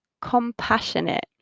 compassionate